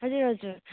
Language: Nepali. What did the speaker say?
हजुर हजुर